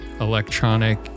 electronic